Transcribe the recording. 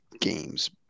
games